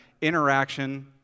interaction